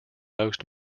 most